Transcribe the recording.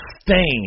stain